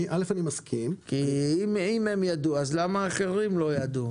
אם הם ידעו אז למה אחרים לא ידעו?